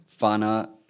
funner